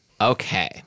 Okay